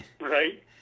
right